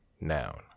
noun